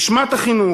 נשמת החינוך,